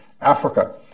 Africa